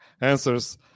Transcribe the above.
answers